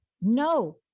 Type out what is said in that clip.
no